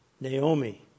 Naomi